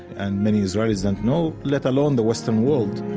and many israelis don't know, let alone the western world,